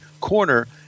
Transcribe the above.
corner